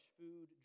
food